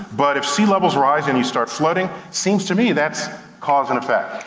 but if sea levels rise and you start flooding, seems to me that's cause and effect.